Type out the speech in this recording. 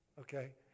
Okay